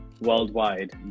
worldwide